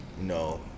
No